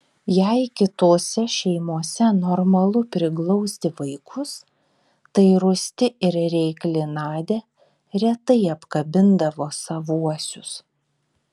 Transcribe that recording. jei kitose šeimose normalu priglausti vaikus tai rūsti ir reikli nadia retai apkabindavo savuosius